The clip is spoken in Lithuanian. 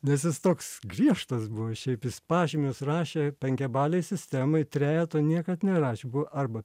nes jis toks griežtas buvo šiaip jis pažymius rašė penkiabalėj sistemoj trejeto niekad nerašė buvo arba